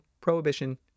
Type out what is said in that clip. prohibition